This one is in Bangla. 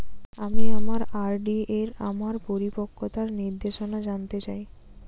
আমি আমার আর.ডি এর আমার পরিপক্কতার নির্দেশনা জানতে চাই